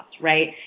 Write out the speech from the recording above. right